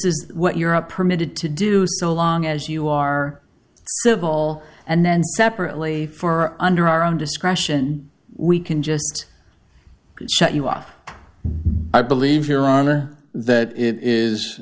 is what you're a permitted to do so long as you are civil and then separately for under our own discretion we can just shut you off i believe your honor that it is